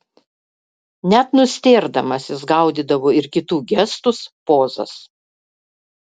net nustėrdamas jis gaudydavo ir kitų gestus pozas